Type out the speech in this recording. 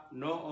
no